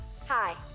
Hi